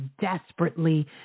desperately